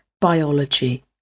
biology